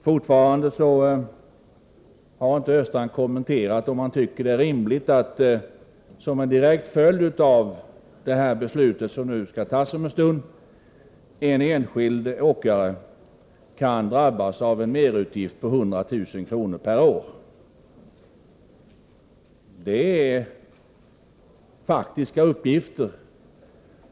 Olle Östrand har fortfarande inte kommenterat om han tycker att det är rimligt att en enskild åkare kan drabbas av en merutgift på 100 000 kr. per år, vilket blir en direkt följd av det beslut som vi kommer att fatta om en stund. Detta är faktiska uppgifter.